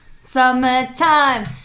Summertime